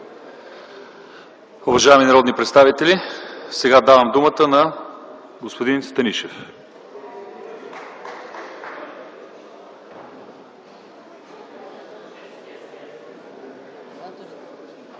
Уважаеми народни представители, сега давам думата на господин Станишев.